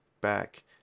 back